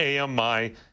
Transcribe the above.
AMI